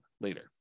later